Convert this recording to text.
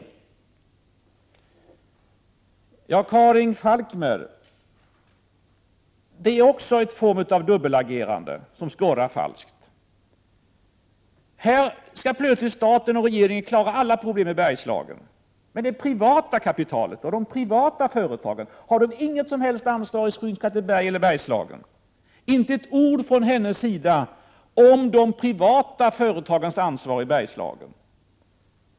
Sedan till Karin Falkmer. Karin Falkmer representerar också en form av dubbelagerande, som skorrar falskt. Här skall plötsligt staten och regeringen klara alla problem i Bergslagen. Men det privata kapitalet och de privata företagen har tydligen inget som helst ansvar i Skinnskatteberg eller Bergslagen. Inte ett ord från Karin Falkmers sida om de privata företagens ansvar i Bergslagen!